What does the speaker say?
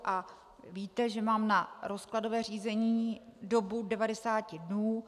A víte, že mám na rozkladové řízení dobu 90 dnů.